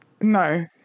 no